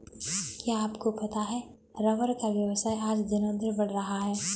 क्या आपको पता है रबर का व्यवसाय आज दिनोंदिन बढ़ रहा है?